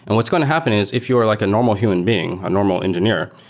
and what's going to happen is if you are like a normal human being, a normal engineer,